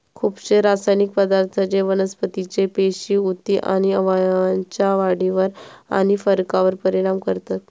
खुपशे रासायनिक पदार्थ जे वनस्पतीचे पेशी, उती आणि अवयवांच्या वाढीवर आणि फरकावर परिणाम करतत